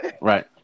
Right